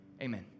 amen